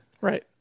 right